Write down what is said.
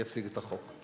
יציג את החוק.